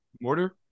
Mortar